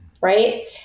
right